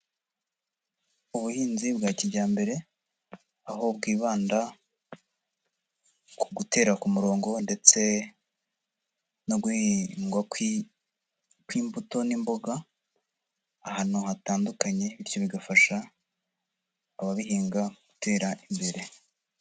Ubuhinzi bwa kijyambere, aho bwibanda, ku gutera ku murongo ndetse no guhindwa ku imbuto n'imboga, ahantu hatandukanye, bityo bigafasha ababihinga gutera imbere.